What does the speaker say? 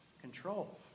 Control